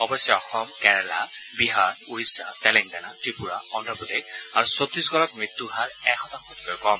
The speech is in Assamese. অৱশ্যে অসম কেৰালা বিহাৰ ওড়িশা তেলেংগানা ত্ৰিপুৰা অন্ধপ্ৰদেশ আৰু ছট্টিশগড়ত মৃত্যুৰ হাৰ এক শতাংশতকৈও কম